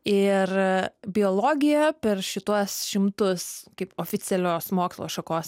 ir biologija per šituos šimtus kaip oficialios mokslo šakos